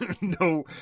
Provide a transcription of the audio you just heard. No